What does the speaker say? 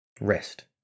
Rest